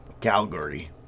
Calgary